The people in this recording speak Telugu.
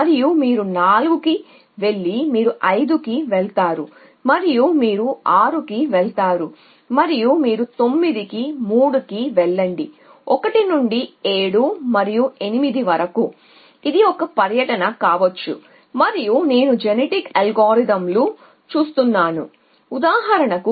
మరియు మీరు 4 కి వెళ్లి 5 కి వెళతారు మరియు 6 కి వెళతారు మరియు మీరు 9 కి 3 కి వెళ్లండి 1 నుండి 7 మరియు 8 వరకు ఇది ఒక పర్యటన కావచ్చు మరియు నేను జినేటిక్ అల్గోరిథం లు చేస్తున్నాను కాబట్టి